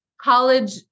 college